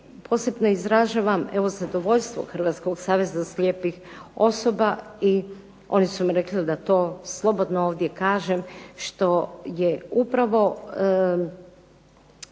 posebno izražavam zadovoljstvo Hrvatskog saveza slijepih osoba i one su mi rekle da to slobodno ovdje kažem što je upravo